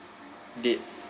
dead